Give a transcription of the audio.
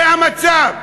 זה המצב.